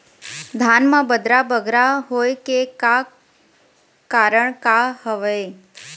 धान म बदरा बगरा होय के का कारण का हवए?